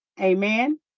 Amen